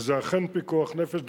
וזה אכן פיקוח נפש,